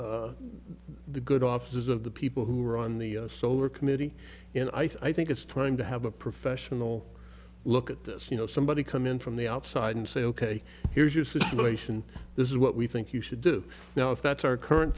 used the good offices of the people who are on the solar committee and i think it's time to have a professional look at this you know somebody come in from the outside and say ok here's your situation this is what we think you should do now if that's our current